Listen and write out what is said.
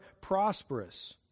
prosperous